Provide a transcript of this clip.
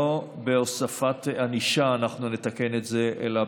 לא בהוספת ענישה אנחנו נתקן את זה אלא